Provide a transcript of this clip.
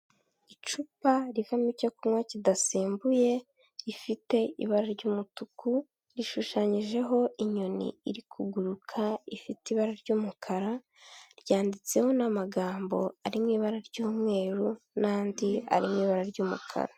Icupa rivamo icyo kunywa kidasembuye, rifite ibara ry'umutuku, rishushanyijeho inyoni iri kuguruka ifite ibara ry'umukara, ryanditseho n'amagambo ari mu ibara ry'umweru n'andi arimo ibara ry'umukara.